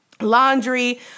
Laundry